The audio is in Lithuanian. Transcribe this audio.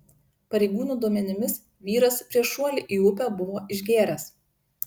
pareigūnų duomenimis vyras prieš šuolį į upę buvo išgėręs